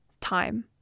time